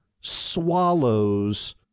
swallows